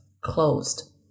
closed